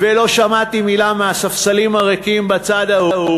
ולא שמעתי מילה מהספסלים הריקים בצד ההוא